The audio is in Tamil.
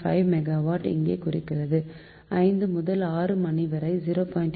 5 மெகாவாட் இங்கே இருக்கிறது 5 முதல் 6 மணிவரை 0